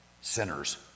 sinners